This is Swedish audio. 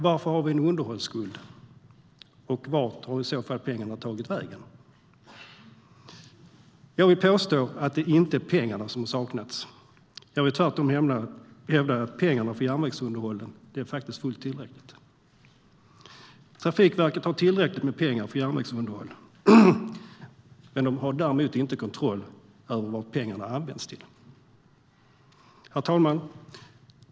Varför har vi en underhållsskuld? Vart har i så fall pengarna tagit vägen? Jag vill påstå att det inte är pengarna som har saknats. Jag vill tvärtom hävda att pengarna för järnvägsunderhållet är fullt tillräckliga. Trafikverket har tillräckligt med pengar för järnvägsunderhållet, men de har inte kontroll över vad pengarna används till. Herr talman!